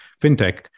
fintech